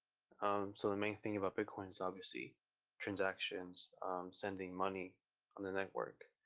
um so the main thing about bitcoin is obviously transactions sending money on the network.